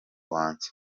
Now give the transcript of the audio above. wanjye